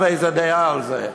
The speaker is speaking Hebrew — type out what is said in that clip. ואיזו דעה על זה.